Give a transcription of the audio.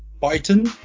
Python